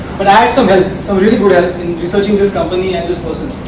but and so but so in researching this company and this person.